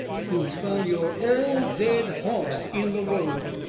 who has found your old dead hoss in the road.